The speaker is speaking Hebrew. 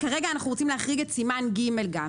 כרגע אנחנו רוצים להחריג גם את סימן ג'.